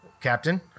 Captain